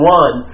one